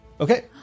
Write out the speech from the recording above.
Okay